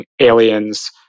aliens